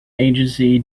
agency